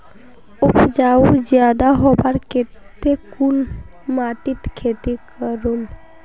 उपजाऊ ज्यादा होबार केते कुन माटित खेती करूम?